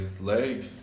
leg